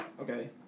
Okay